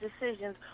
decisions